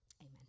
Amen